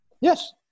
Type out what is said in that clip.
Yes